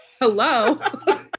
hello